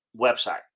website